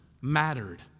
mattered